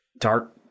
Dark